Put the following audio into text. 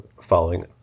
following